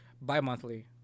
bi-monthly